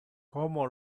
como